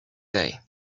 day